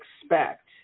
expect